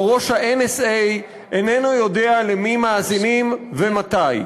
או שראש ה-NSA איננו יודע למי מאזינים ומתי.